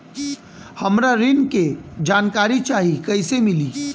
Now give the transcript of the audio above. हमरा ऋण के जानकारी चाही कइसे मिली?